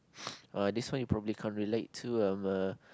(wah) this one you probably can't relate to um err